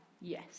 yes